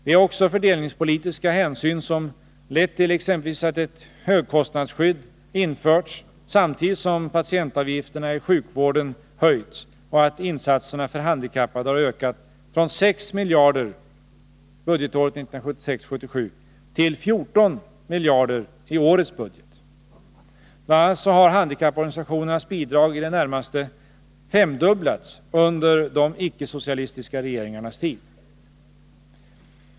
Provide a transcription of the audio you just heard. Det är också fördelningspolitiska hänsyn som lett till exempelvis att ett högkostnadsskydd införts samtidigt som patientavgifterna i sjukvården höjts och att insatserna för handikappade har ökat från 6 miljarder kronor budgetåret 1976/77 till 14 miljarder i årets budget. Bl. a. har handikappor ganisationernas bidrag i det närmaste femdubblats under de icke-socialistiska regeringarnas tid.